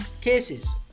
cases